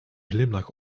glimlach